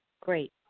Great